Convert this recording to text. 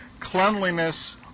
cleanliness